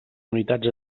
unitats